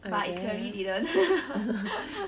but it clearly didn't